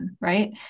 right